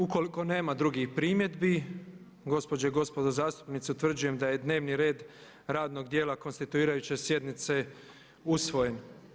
Ukoliko nema drugih primjedbi gospođe i gospodo zastupnici utvrđujem da je dnevni rad radnog dijela konstituirajuće sjednice usvojen.